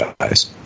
guys